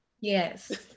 Yes